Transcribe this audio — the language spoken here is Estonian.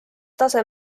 tase